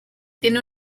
tiene